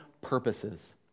purposes